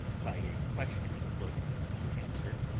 by a questioning look and answer,